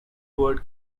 word